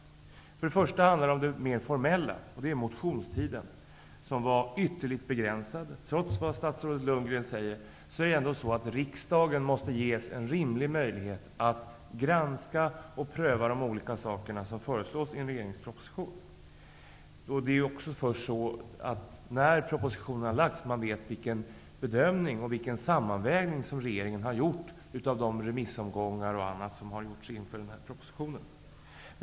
Jag har först en synpunkt på den formella hanteringen. Motionstiden var nämligen ytterst begränsad. Trots vad statsrådet Bo Lundgren sade är det ändock så att riksdagen måste ges en rimlig möjlighet att granska och pröva de olika förslagen i en regeringsproposition. Det är först när en proposition har lagts fram som man vet vilken bedömning och vilken sammanvägning regeringen ha gjort efter bl.a. remissomgångarna.